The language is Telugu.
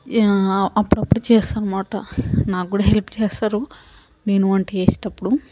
అప్పుడప్పుడు చేస్తానమాట నాకు కూడా హెల్ప్ చేస్తారు నేను వంట చేసేటప్పుడు